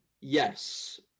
Yes